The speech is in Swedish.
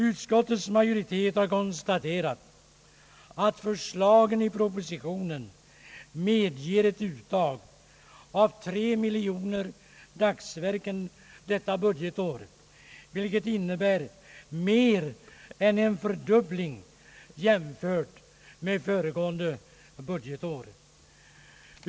Utskottets majoritet har konstaterat att förslagen i propositionen medger ett uttag av 3 miljoner dagsverken detta budgetår eller mer än en fördubbling jämfört med föregående budgetår.